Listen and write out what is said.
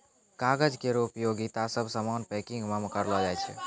कागज केरो उपयोगिता सब सामान पैकिंग म करलो जाय छै